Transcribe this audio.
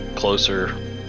closer